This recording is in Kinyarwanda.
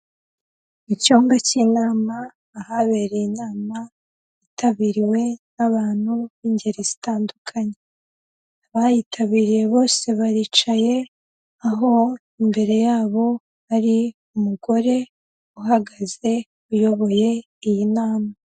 Mu cyumba cy'inama ahabereye inama yitabiriwe n'abantu b'ingeri zitandukanye, abayitabiriye bose baricaye aho imbere yabo hari umugore uhagaze uyoboye iyi nama.